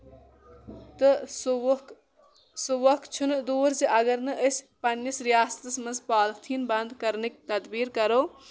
تہٕ سُہ وُکھ سُہ وق چھُ نہٕ دوٗر زِ اَگر نہ أسۍ پَنٕنِٮس رِیاستس منٛز پالیٖتھیٖن بنٛد کَرنٕکۍ تَدبیٖر کَرو